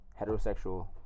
heterosexual